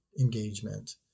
engagement